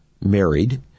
married